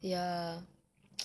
ya